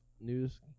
News